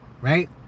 right